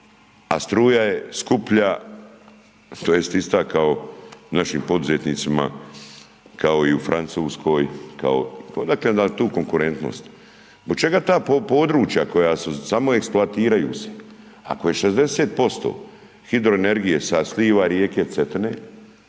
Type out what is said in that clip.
a struja je skuplja tj. ista kao našim poduzetnicima kao i u Francuskoj, odakle nam tu konkurentnost? Zbog čega ta područja koja samo eksploatiraju se ako je 60% hidroenergije sa sliva rijeke Cetine,